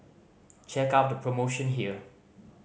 check out the promotion here